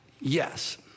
Yes